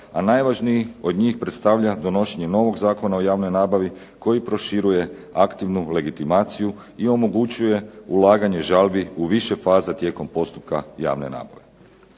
najvažniji od njih predstavlja donošenje novog Zakona o javnoj nabavi koji proširuje aktivnu legitimaciju i omogućuje ulaganje žalbi u više faza tijekom postupka javne nabave.